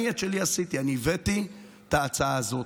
אני את שלי עשיתי, אני הבאתי את ההצעה הזאת.